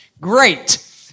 great